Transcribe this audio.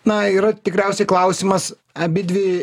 na yra tikriausiai klausimas abidvi